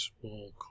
small